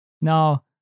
Now